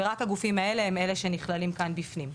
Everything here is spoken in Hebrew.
ורק הגופים האלה הם אלו שנכללים כאן בפנים.